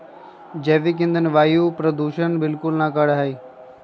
जैविक ईंधन वायु प्रदूषण बिलकुल ना करा हई